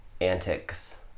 antics